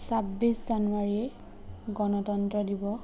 ছাব্বিছ জানুৱাৰী গণতন্ত্ৰ দিৱস